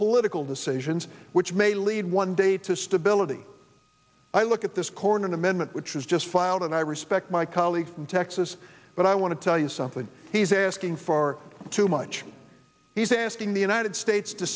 political decisions which may lead one day to stability i look at this corner an amendment which has just filed and i respect my colleague from texas but i want to tell you something he's asking for too much he's asking the united states to